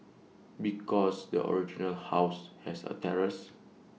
because the original house has A terrace